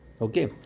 Okay